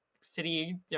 city